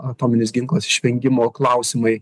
atominis ginklas išvengimo klausimai